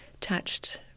touched